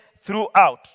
throughout